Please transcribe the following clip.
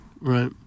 Right